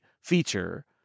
feature